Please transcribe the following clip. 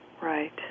right